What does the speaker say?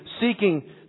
seeking